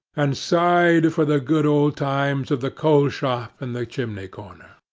and sighed for the good old times of the coal shop, and the chimney corner.